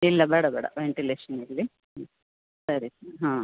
ಇಲ್ಲ ಬೇಡ ಬೇಡ ವೆಂಟಿಲೇಷನ್ ಇರಲಿ ಹ್ಞೂ ಸರಿ ಹಾಂ